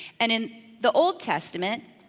and in the old testament,